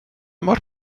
mor